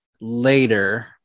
later